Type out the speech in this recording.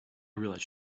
realized